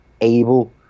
able